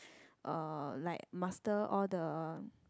uh like master all the